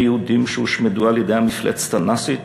יהודים שהושמדו על-ידי המפלצת הנאצית.